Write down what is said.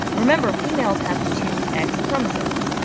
remember females have two x chromosomes.